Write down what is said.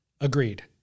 Agreed